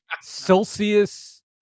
Celsius